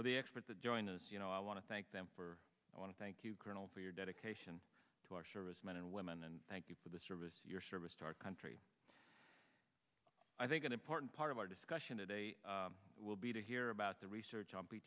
of the expert to join us you know i want to thank them for i want to thank you colonel for your dedication to our service men and women and thank you for the service your service to our country i think an important part of our discussion today will be to hear about the research on p